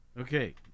Okay